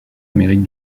amérique